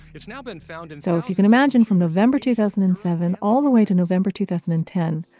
it's now been found in. so if you can imagine from november two thousand and seven all the way to november two thousand and ten,